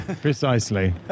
precisely